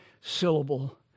syllable